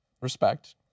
Respect